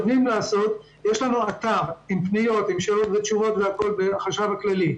יש לנו אתר עם פניות ועם שאלות ותשובות בחשב הכללי.